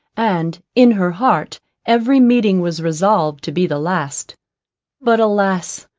and in her heart every meeting was resolved to be the last but alas!